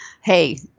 hey